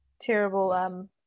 terrible